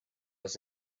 was